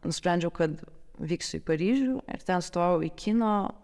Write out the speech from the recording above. nusprendžiau kad vyksiu į paryžių ir ten stojau į kino